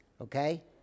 Okay